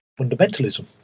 fundamentalism